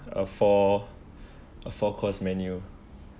a four a four course menu